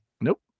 Nope